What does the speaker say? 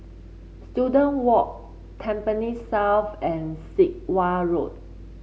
Students Walk Tampines South and Sit Wah Road